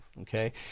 okay